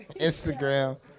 Instagram